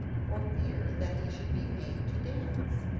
for fear that he should be made to dance.